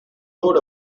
load